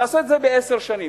תעשה את זה בעשר שנים.